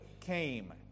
came